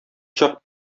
чак